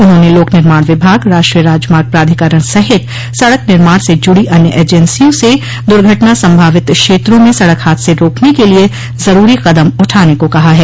उन्होंने लोक निर्माण विभाग राष्ट्रीय राजमार्ग प्राधिकरण सहित सड़क निर्माण से जुड़ी अन्य एजेंसियों से द्र्घटना सम्भावित क्षेत्रों में सड़क हादसे रोकने के लिए जरूरी कदम उठाने को कहा है